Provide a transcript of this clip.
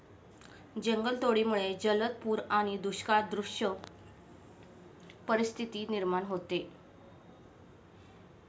जंगलतोडीमुळे जलद पूर आणि दुष्काळसदृश परिस्थिती निर्माण होते